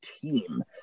team